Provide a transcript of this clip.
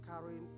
carrying